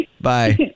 Bye